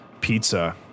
pizza